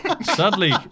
Sadly